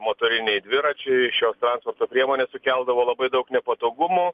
motoriniai dviračiai šios transporto priemonės sukeldavo labai daug nepatogumų